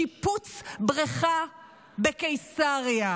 שיפוץ בריכה בקיסריה,